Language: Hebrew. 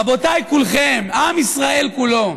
רבותיי, כולכם, עם ישראל כולו: